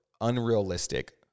unrealistic